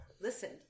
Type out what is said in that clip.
listen